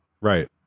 Right